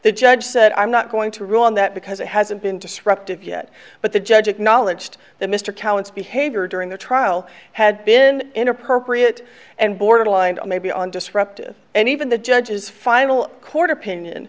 the judge said i'm not going to rule on that because it hasn't been disruptive yet but the judge acknowledged that mr cowan to be havior during the trial had been inappropriate and borderline maybe on disruptive and even the judge's final court opinion